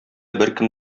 беркем